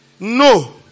No